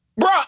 Bro